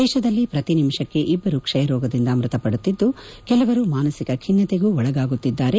ದೇಶದಲ್ಲಿ ಪ್ರತಿ ನಿಮಿಷಕ್ಕೆ ಇಬ್ಬರು ಕ್ಷಯರೋಗದಿಂದ ಮೃತಪಡುತ್ತಿದ್ದು ಕೆಲವರು ಮಾನಸಿಕ ಖಿನ್ನತೆಗೂ ಒಳಗಾಗುತ್ತಿದ್ದಾರೆ